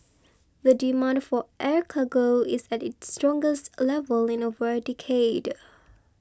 the demand for air cargo is at its strongest level in over a decade